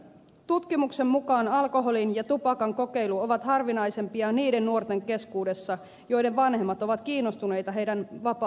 tutkimuksen mukaan alkoholin ja tupakan kokeilu on harvinaisempaa niiden nuorten keskuudessa joiden vanhemmat ovat kiinnostuneita heidän vapaa ajanvietostaan